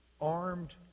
armed